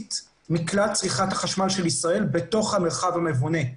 כמחצית מכלל צריכת החשמל של ישראל בתוך המרחב המבונה.